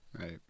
Right